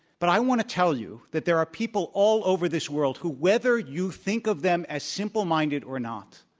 but i want to tell you that there are people all over this world, who, whether you think of them as simple-minded or not,